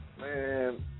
Man